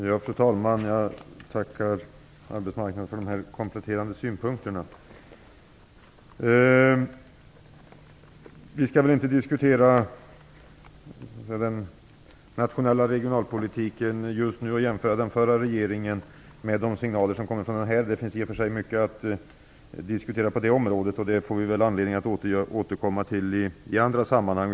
Fru talman! Jag tackar arbetsmarknadsministern för de kompletterande synpunkterna. Vi skall inte nu diskutera den nationella regionalpolitiken under den förra regeringen och jämföra med de signaler som kommer. Det finns i och för sig mycket att diskutera på det området. Det få vi anledning att återkomma till i andra sammanhang.